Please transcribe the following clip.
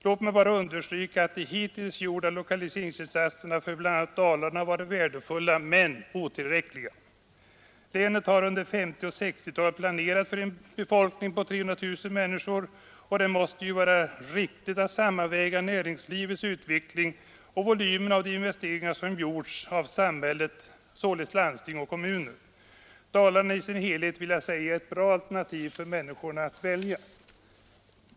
Låt mig bara understryka att de hittills gjorda lokaliseringsinsatserna för bl.a. Dalarna varit värdefulla men otillräckliga. Länet har under 1950 och 1960-talen planerat för en befolkning på 300 000 människor. Det måste ju vara riktigt att sammanväga näringslivets utveckling och volymen av de investeringar som gjorts av samhället, dvs. landsting och kommuner. Dalarna i sin helhet är ett bra alternativ för människorna att välja.